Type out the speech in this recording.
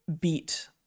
beat